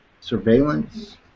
surveillance